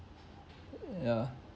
uh uh yeah